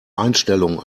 einstellungen